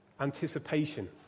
anticipation